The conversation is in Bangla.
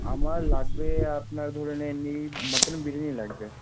আমার লাগবে আপনার ধরে নিন এই মাটন বিরিয়ানি লাগবে